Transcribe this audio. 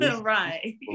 right